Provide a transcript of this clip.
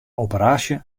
operaasje